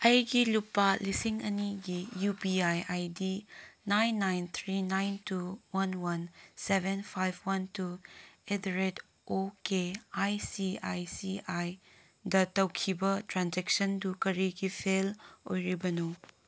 ꯑꯩꯒꯤ ꯂꯨꯄꯥ ꯂꯤꯁꯤꯡ ꯑꯅꯤꯒꯤ U P I I D nine nine three nine two one one seven five one two at the rate O K I C I C I ꯇꯧꯈꯤꯕ ꯇ꯭ꯔꯥꯟꯖꯦꯛꯁꯟꯗꯨ ꯀꯔꯤꯒꯤ fail ꯑꯣꯏꯔꯤꯕꯅꯣ